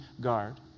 guard